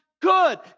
Good